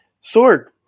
Sword